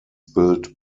built